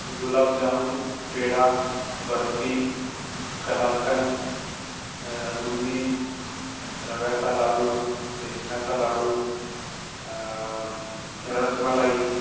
गुलाबजामून पेढा बर्फी कलाकंद बुंदी रव्याचा लाडू बेसनाचा लाडू रसमलाई